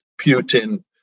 Putin